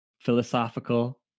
philosophical